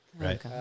Right